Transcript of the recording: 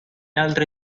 altri